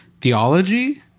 theology